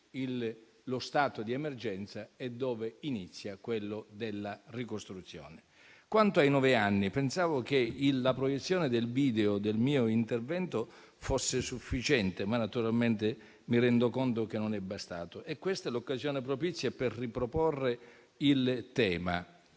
lo stato di emergenza e dove inizia quello della ricostruzione. Quanto ai nove anni, pensavo che la proiezione del video del mio intervento fosse sufficiente, ma naturalmente mi rendo conto che non è bastato. Questa è l'occasione propizia per riproporre il tema: